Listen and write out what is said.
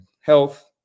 Health